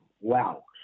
Wow